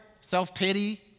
self-pity